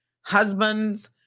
husbands